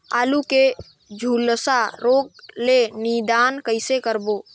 आलू के झुलसा रोग ले निदान कइसे करबो?